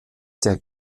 der